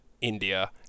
India